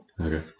Okay